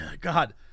God